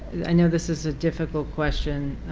i know this is a difficult question.